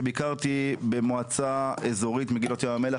ביקרתי במועצה אזורית מגילות ים המלח,